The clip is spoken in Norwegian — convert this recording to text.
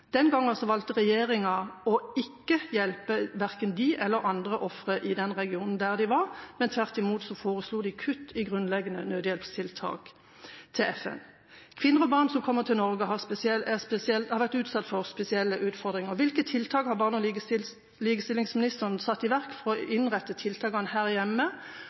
Den gangen valgte regjeringa ikke å hjelpe verken dem eller andre ofre i den regionen hvor de var, men de foreslo tvert imot kutt i grunnleggende nødhjelpstiltak til FN. Kvinner og barn som kommer til Norge, har vært utsatt for spesielle utfordringer. Hvilke tiltak har barne- og likestillingsministeren satt i verk for å innrette tiltakene her hjemme,